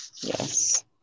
Yes